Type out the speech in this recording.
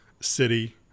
city